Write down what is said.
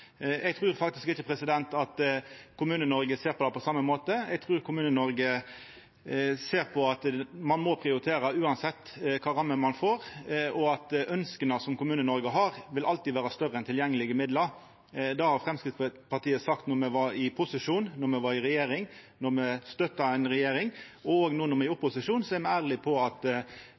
Eg trur faktisk ikkje at Kommune-Noreg ser på det på same måten. Eg trur Kommune-Noreg ser at ein må prioritera uansett kva rammer ein får, og at ønska Kommune-Noreg har, alltid vil vera større enn tilgjengelege midlar. Det har Framstegspartiet sagt då me var i posisjon, då me var i regjering, og då me støtta ei regjering, og no, når me er i opposisjon, er me ærlege på at